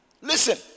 listen